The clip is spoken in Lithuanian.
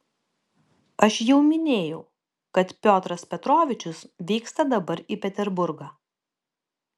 aš jau minėjau kad piotras petrovičius vyksta dabar į peterburgą